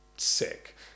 Sick